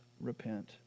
repent